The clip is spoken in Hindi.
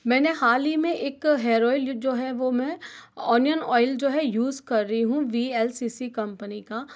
मैंने हाल ही में एक हेयर ऑइल जो है वो मैं ओनियन ऑइल युस कर रही हूँ V L C C company का